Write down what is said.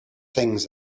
things